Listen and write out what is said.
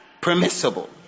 permissible